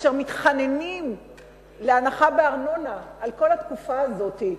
הם מתחננים להנחה בארנונה על כל התקופה הזאת,